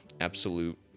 absolute